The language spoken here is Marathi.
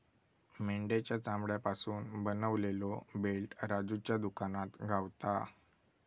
मेंढ्याच्या चामड्यापासून बनवलेलो बेल्ट राजूच्या दुकानात गावता